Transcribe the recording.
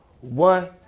One